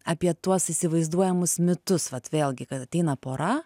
apie tuos įsivaizduojamus mitus vat vėlgi kad ateina pora